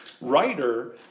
writer